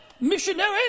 missionary